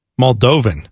moldovan